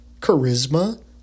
charisma